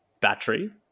battery